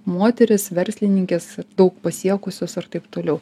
moterys verslininkės ir daug pasiekusios ir taip toliau